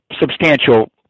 substantial